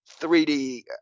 3D